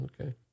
okay